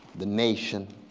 the nation,